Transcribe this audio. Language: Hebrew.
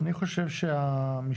אני חושב שהמשפט